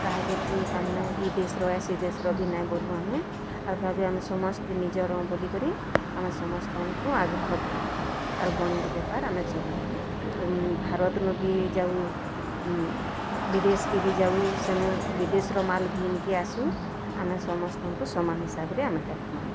କାହାକେ ତାମାନେ ଇ ଦେଶ୍ ର ୟା ସି ଦେଶ୍ ର ବି ନାଇଁ ବୋଲୁ ଆମେ ଆର୍ ଭାବୁ ଆମେ ସମସ୍ତେ ନିଜର୍ ବୋଲିକରି ଆମେ ସମସ୍ତଙ୍କୁ ଆଗ୍ରହ କରୁଁ ଆରୁ ବଣୀଜ୍ ବେପାର୍ ଆମେ ଚଲୁଁ ଭାରତନୁ ଭି ଯାଉଁ ବିଦେଶ୍କେ ଭି ଯାଉଁ ସେନୁ ବିଦେଶ୍ର ମାଲ୍ ଭି ଘିନିକି ଆସୁ ଆମେ ସମସ୍ତଙ୍କୁ ସମାନ୍ ହିସାବରେ ଆମେ ଦେଖ୍ମା